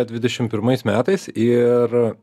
dvidešimt pirmais metais ir